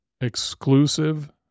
Exclusive